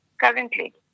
currently